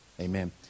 Amen